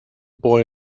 boy